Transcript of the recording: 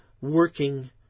working